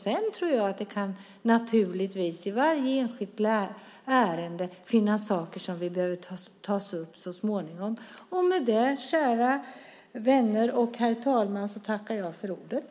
Sedan kan det naturligtvis i varje enskilt ärende finnas saker som behöver tas upp så småningom. Med det, kära vänner och herr talman, tackar jag för ordet.